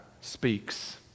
speaks